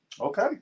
Okay